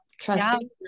trusting